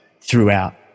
throughout